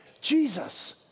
Jesus